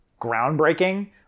groundbreaking